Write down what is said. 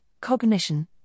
cognition